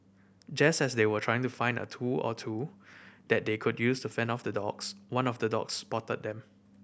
just as they were trying to find a tool or two that they could use to fend off the dogs one of the dogs spotted them